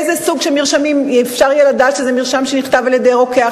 איזה סוג של מרשמים אפשר יהיה לדעת שזה מרשם שנכתב על-ידי רוקח,